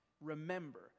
remember